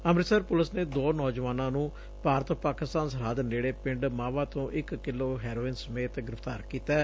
Amritsar police ਨੇ ਦੋ ਨੌਜਵਾਨਾਂ ਨੰ ਭਾਰਤ ਪਾਕਿਸਤਾਨ ਸਰਹੱਦ ਨੇੜੇ ਪਿੰਡ ਮਾਹਵਾ ਤੋਂ ਇਕ ਕਿਲੋ ਹੈਰੋਇਨ ਸਮੇਤ ਗ੍ਿਫ਼ਤਾਰ ਕੀਤੈ